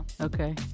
Okay